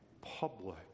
public